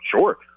Sure